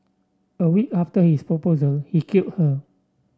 a week after his proposal he killed her